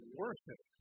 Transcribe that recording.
worship